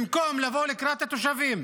במקום לבוא לקראת התושבים,